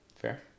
Fair